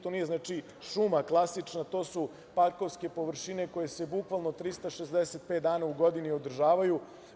To nije klasična šuma, to su parkovske površine koje su bukvalno 365 dana u godini održavaju.